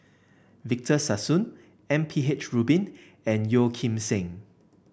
Victor Sassoon M P H Rubin and Yeo Kim Seng